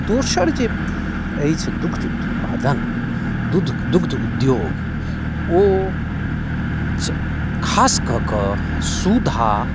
दोसर जे अछि दुग्ध उत्पादन दूध दुग्ध उद्योग ओ खास ककऽ सुधा